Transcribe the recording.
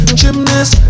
gymnast